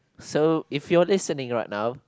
so if you're listening right now